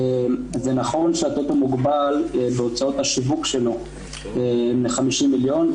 זה נכון שהטוטו מוגבל בהוצאות השיווק שלו מ-50 מיליון,